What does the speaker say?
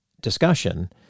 discussion